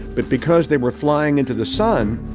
but because they were flying into the sun,